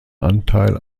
anteil